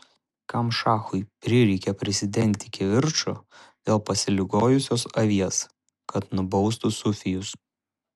kam šachui prireikė prisidengti kivirču dėl pasiligojusios avies kad nubaustų sufijus